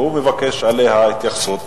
והוא מבקש עליה התייחסות,